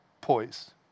poised